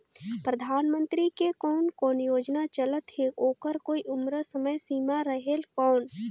परधानमंतरी के कोन कोन योजना चलत हे ओकर कोई उम्र समय सीमा रेहेल कौन?